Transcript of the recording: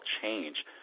change